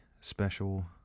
special